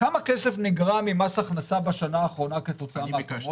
כמה כסף נגרע ממס הכנסה בשנה האחרונה כתוצאה מזה?